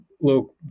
look